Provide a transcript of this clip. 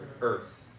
Earth